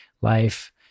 life